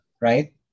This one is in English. Right